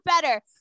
better